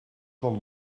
del